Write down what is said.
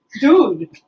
Dude